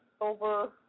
over